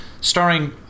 starring